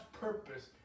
purpose